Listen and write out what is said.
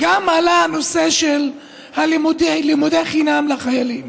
עלה הנושא של לימודי חינם לחיילים.